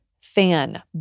fan